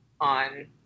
on